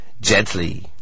gently